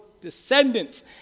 descendants